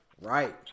Right